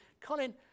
Colin